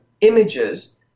images